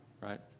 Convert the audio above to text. right